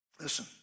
Listen